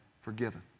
forgiven